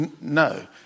No